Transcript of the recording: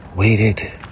waited